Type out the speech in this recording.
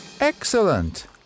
Excellent